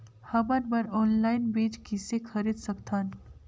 हमन मन ऑनलाइन बीज किसे खरीद सकथन?